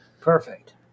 perfect